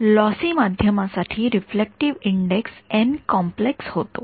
lossy माध्यमासाठी reflective index N complex होतो